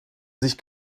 sich